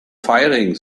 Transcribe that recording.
firing